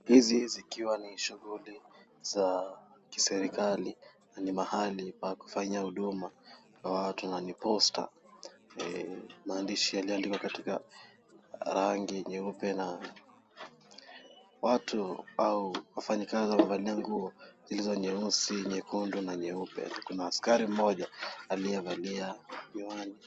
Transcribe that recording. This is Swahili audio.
Hizi zikiwa ni shughuli za kiserikali. Ni mahali pa kufanya huduma kwa watu na ni posta. Maandishi yaliyoandikwa katika rangi nyeupe na watu au wafanyikazi wamevalia nguo zilizo nyeusi, nyekundu, na nyeupe. Kuna askari mmoja aliyevalia miwani.